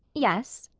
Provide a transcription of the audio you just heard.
yes.